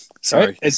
Sorry